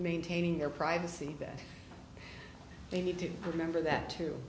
maintaining their privacy that they need to remember that to